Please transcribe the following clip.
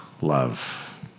love